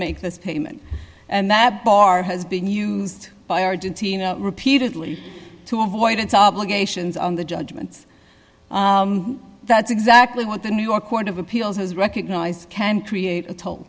make this payment and that bar has been used by argentina repeatedly to avoid its obligations on the judgments that's exactly what the new york court of appeals has recognized can create a tol